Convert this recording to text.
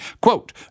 Quote